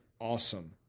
awesome